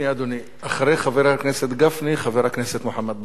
אחרי חבר הכנסת גפני חבר הכנסת מוחמד ברכה,